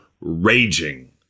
raging